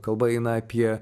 kalba eina apie